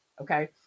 okay